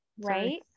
Right